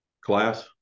class